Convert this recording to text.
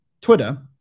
Twitter